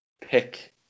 pick